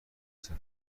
سفر